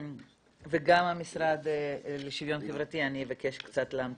וגם המשרד לשוויון חברתי, אני אבקש קצת להמתין.